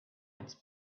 its